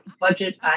budget